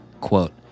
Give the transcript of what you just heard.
Quote